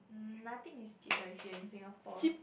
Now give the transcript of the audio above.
nothing is cheap ah if you in Singapore